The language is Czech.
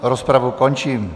Rozpravu končím.